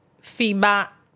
feedback